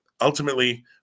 Ultimately